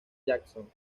johnson